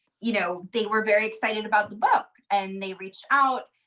you know they were very excited about the book. and they reached out.